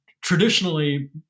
traditionally